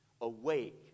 Awake